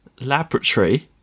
laboratory